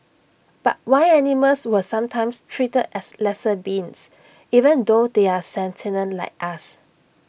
but why animals were sometimes treated as lesser beings even though they are sentient like us